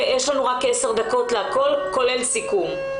ויש לנו רק עשר דקות להכל כולל סיכום.